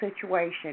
situation